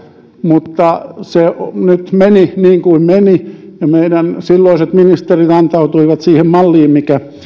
mutta se nyt meni niin kuin meni ja meidän silloiset ministerimme antautuivat siihen malliin mikä